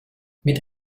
mit